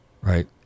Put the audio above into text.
right